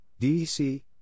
DEC